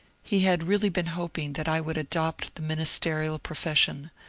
he had really been hoping that i would adopt the ministerial profession,